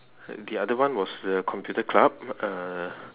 the other one was the computer club uh